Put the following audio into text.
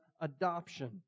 adoption